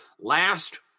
last